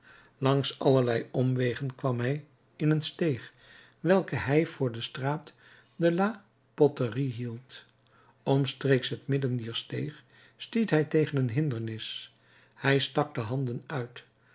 langs allerlei omwegen kwam hij in een steeg welke hij voor de straat de la poterie hield omstreeks het midden dier steeg stiet hij tegen een hindernis hij stak de handen uit